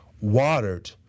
watered